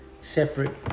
separate